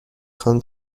خوام